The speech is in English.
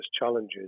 challenges